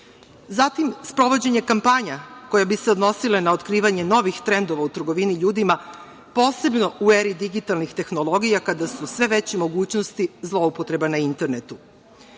Zatim, sprovođenje kampanja koje bi se odnosile na otkrivanje novih trendova u trgovini ljudima, posebno u eri digitalnih tehnologija, kada su sve veće mogućnosti zloupotreba na internetu.